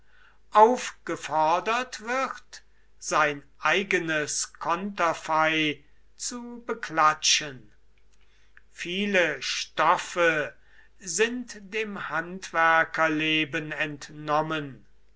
aufgefordert wird sein eigenes konterfei zu beklatschen viele stoffe sind dem handwerkerleben entnommen